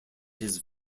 his